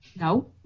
No